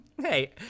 hey